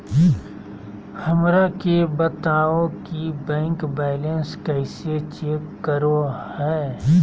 हमरा के बताओ कि बैंक बैलेंस कैसे चेक करो है?